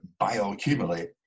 bioaccumulate